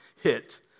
hit